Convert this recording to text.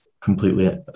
completely